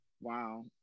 Wow